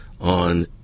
on